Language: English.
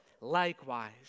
Likewise